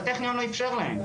הטכניון לא איפשר להם.